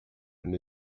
and